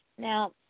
Now